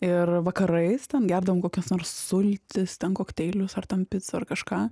ir vakarais ten gerdavom kokias nors sultis ten kokteilius ar ten picą ar kažką